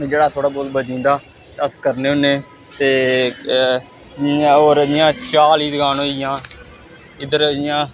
जेह्ड़ा थोह्ड़ा बहुत बची जंदा अस करने होन्ने ते जियां होर जियां चाह् आहली दकान होई गेइयां इद्धर जियां